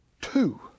two